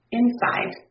inside